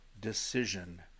decision